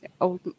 old